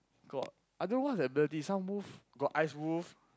i don't know what the ability some wolf got ice wolf got